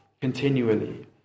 continually